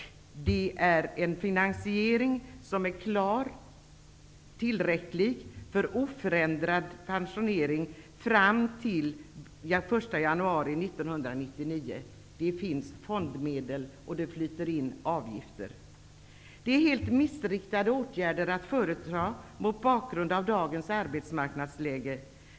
Det är en finansiering som är tillräcklig för oförändrad pensionering fram till den 1 januari 1999. Det finns fondmedel, och det flyter in avgifter. De föreslagna åtgärderna är helt missriktade mot bakgrund av dagens arbetsmarknadsläge.